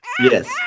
yes